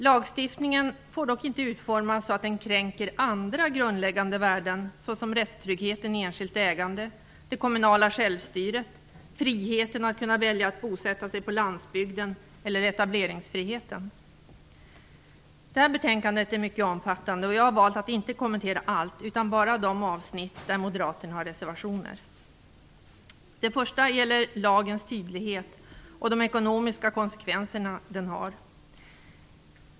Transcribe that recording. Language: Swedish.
Lagstiftningen får dock inte utformas så att den kränker andra grundläggande värden, såsom rättstryggheten i enskilt ägande, det kommunala självstyret, friheten att kunna välja att bosätta sig på landsbygden eller etableringsfriheten. Detta betänkande är mycket omfattande, och jag har valt att inte kommentera allt, utan bara de avsnitt där Moderaterna har reservationer. Den första reservationen gäller lagens tydlighet och de ekonomiska konsekvenserna av den.